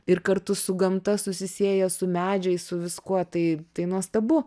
ir kartu su gamta susisieja su medžiais su viskuo tai tai nuostabu